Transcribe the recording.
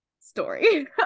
story